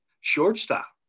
shortstop